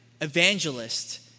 evangelist